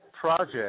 project